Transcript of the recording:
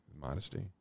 modesty